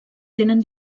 tenen